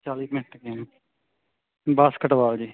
ਚਾਲੀ minute game basketball ਜੀ